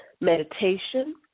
meditation